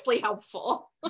helpful